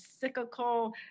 cyclical